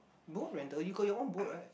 boat rental you got your own boat right